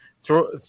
throw